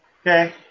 Okay